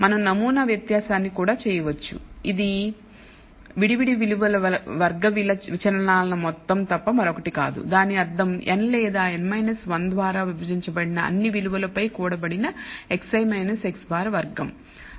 మనం నమూనా వ్యత్యాసాన్ని కూడా చేయవచ్చు ఇది విడి విలువల వర్గ విచలనాల మొత్తం తప్ప మరొకటి కాదు దాని అర్థం n లేదా n 1 ద్వారా విభజించబడిన అన్ని విలువలపై కూడబడిన xi x̅ వర్గం